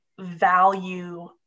value